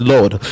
Lord